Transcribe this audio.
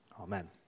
Amen